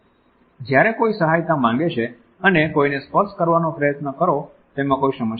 જયારે કોઈ સહાયતા માંગે છે અને કોઈને સ્પર્શ કરવાનો પ્રયત્ન કરો તેમાં કોઈ સમસ્યા નથી